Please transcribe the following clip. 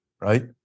right